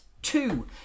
Two